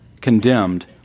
condemned